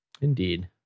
Indeed